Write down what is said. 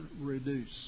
reduce